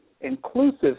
inclusive